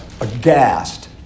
aghast